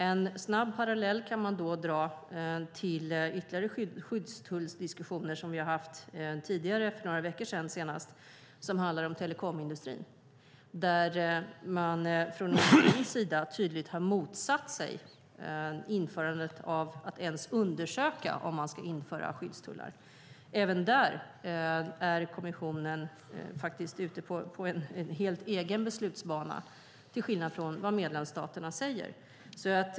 En snabb parallell kan man dra till ytterligare skyddstullsdiskussioner som vi har haft tidigare. För några veckor sedan handlade det om telekomindustrin. Man har från industrins sida tydligt motsatt sig att ens undersöka om skyddstullar ska införas. Även där är kommissionen ute på en helt egen beslutsbana som skiljer sig från vad medlemsstaterna säger.